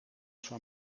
sua